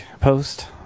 post